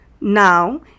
Now